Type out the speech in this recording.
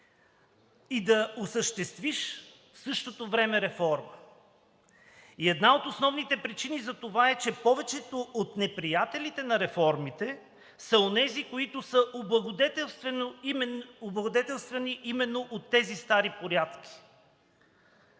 и да осъществиш в същото време реформа. Една от основните причини за това е, че повечето от неприятелите на реформите са онези, които са облагодетелствани именно от тези стари порядки,